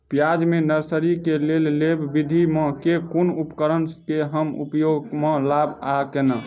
प्याज केँ नर्सरी केँ लेल लेव विधि म केँ कुन उपकरण केँ हम उपयोग म लाब आ केना?